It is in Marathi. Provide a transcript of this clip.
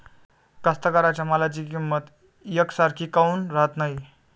कास्तकाराइच्या मालाची किंमत यकसारखी काऊन राहत नाई?